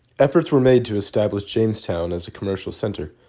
efforts were made to establish jamestown as a commercial center.